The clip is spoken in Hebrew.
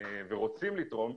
ורוצים לתרום,